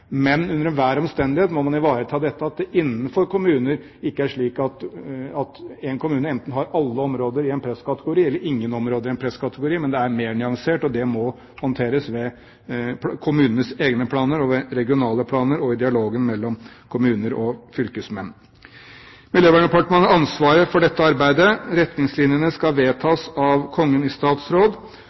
slik at én kommune enten har alle områder i en presskategori eller ingen områder i en presskategori. Det er mer nyansert, og det må håndteres med kommunens egne planer og regionale planer og i dialog mellom kommuner og fylkesmenn. Miljøverndepartementet har ansvaret for dette arbeidet. Retningslinjene skal vedtas av Kongen i statsråd,